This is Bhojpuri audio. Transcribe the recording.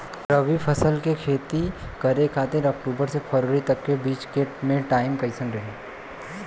रबी फसल के खेती करे खातिर अक्तूबर से फरवरी तक के बीच मे टाइम कैसन रही?